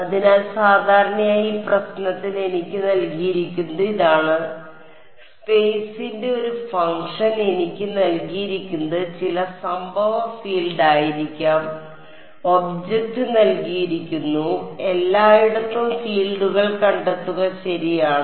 അതിനാൽ സാധാരണയായി ഈ പ്രശ്നത്തിൽ എനിക്ക് നൽകിയിരിക്കുന്നത് ഇതാണ് സ്പെയ്സിന്റെ ഒരു ഫംഗ്ഷൻ എനിക്ക് നൽകിയിരിക്കുന്നത് ചില സംഭവ ഫീൽഡ് ആയിരിക്കാം ഒബ്ജക്റ്റ് നൽകിയിരിക്കുന്നു എല്ലായിടത്തും ഫീൽഡുകൾ കണ്ടെത്തുക ശരിയാണ്